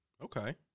Okay